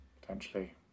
Potentially